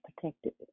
protected